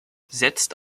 setzte